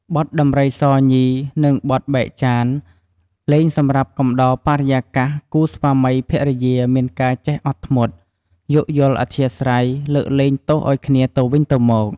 បទដំរីសញី និង បទបែកចាន លេងសម្រាប់កំដរបរិយាកាស គូសាម្វីភរិយាមានការចេះអត់ធ្មត់ យោគយល់អធ្យាស្រ័យ លើកលែងទោសឱ្យគ្នាទៅវិញទៅមក។